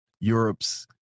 Europe's